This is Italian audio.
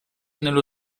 nello